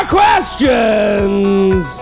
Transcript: questions